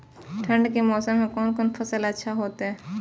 ठंड के मौसम में कोन कोन फसल अच्छा होते?